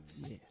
Yes